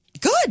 Good